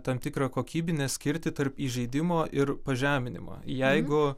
tam tikrą kokybinę skirtį tarp įžeidimo ir pažeminimo jeigu